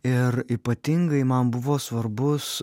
ir ypatingai man buvo svarbus